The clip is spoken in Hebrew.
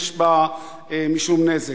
יש בה משום נזק.